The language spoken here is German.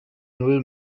null